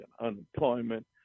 unemployment